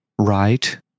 right